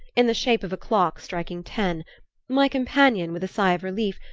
in the shape of a clock striking ten my companion, with a sigh of relief,